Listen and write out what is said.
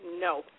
No